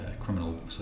criminal